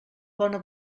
bona